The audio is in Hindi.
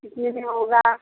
कितने में होगा